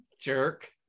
Jerk